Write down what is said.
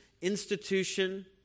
institution